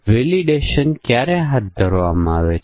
અને C 4 b એ c ને બરાબર છે